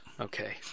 Okay